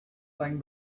thing